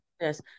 Yes